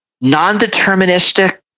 non-deterministic